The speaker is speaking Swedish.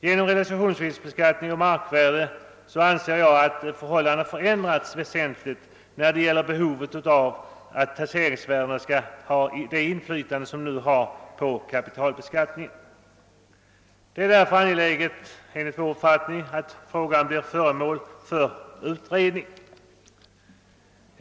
Genom realisationsvinstbeskattningen och markvärdeökningen har förhållandena förändrats väsentligt när det gäller behovet av att taxeringsvärdena skall ha det inflytande som de nu har på kapitalbeskattningen. Enligt vår uppfattning är det därför angeläget att frågan blir föremål för utredning.